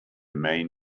main